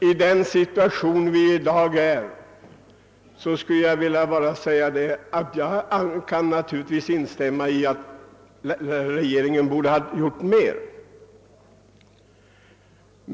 I dagens situation kan jag naturligtvis säga att jag gärna skulle instämma i att regeringen borde ha gjort mera.